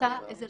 יש לנו